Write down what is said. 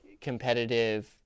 competitive